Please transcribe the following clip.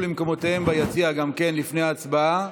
למקומותיהם ביציע גם כן לפני ההצבעה